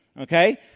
Okay